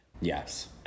yes